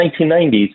1990s